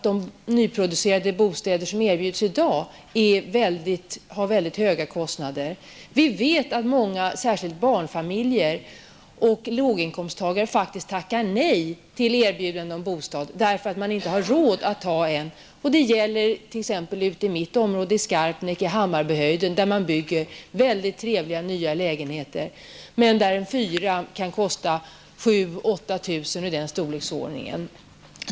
De nyproducerade bostäder som i dag erbjuds är väldigt dyra. Vi vet att många, särskilt barnfamiljer och låginkomsttagare, faktiskt tackar nej till erbjudanden om bostad, därför att man inte har råd att hyra en. I det område där jag bor, i Skarpnäck, och i Hammarbyhöjden bygger man väldigt trevliga nya lägenheter, men en fyrarummare kostar i storleksordningen 7 000-- 8 000 kr.